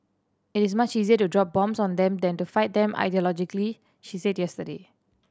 it is much easier to drop bombs on them than to fight them ideologically she said yesterday